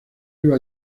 iba